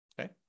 Okay